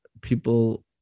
people